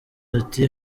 ati